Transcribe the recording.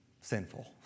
sinful